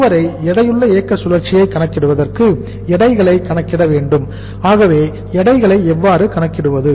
இதுவரை எடையுள்ள இயக்க சுழற்சியை கணக்கிடுவதற்கு எடைகளை கணக்கிட வேண்டும் ஆகவே எடைகளை எவ்வாறு கணக்கிடுவது